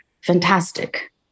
fantastic